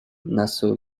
nassau